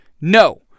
No